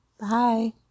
Bye